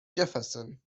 jefferson